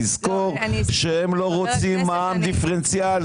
תזכור שהם לא רוצים מע"מ דיפרנציאלי.